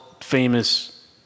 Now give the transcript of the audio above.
famous